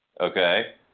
Okay